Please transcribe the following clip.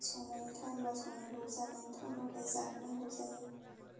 संनायनि टाइम बा संनांगौ जानायनि टाइम बाथाय जाहोनांगौ जायो